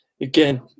Again